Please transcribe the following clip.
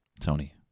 Tony